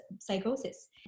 psychosis